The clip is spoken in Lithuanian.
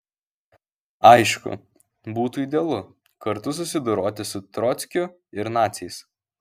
aišku būtų idealu kartu susidoroti su trockiu ir naciais